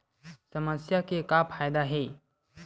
समस्या के का फ़ायदा हे?